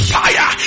fire